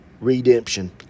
Redemption